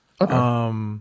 Okay